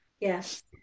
Yes